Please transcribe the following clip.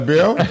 Bill